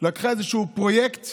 לקחה איזשהו פרויקט